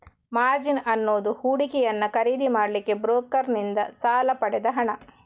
margin ಅನ್ನುದು ಹೂಡಿಕೆಯನ್ನ ಖರೀದಿ ಮಾಡ್ಲಿಕ್ಕೆ ಬ್ರೋಕರನ್ನಿಂದ ಸಾಲ ಪಡೆದ ಹಣ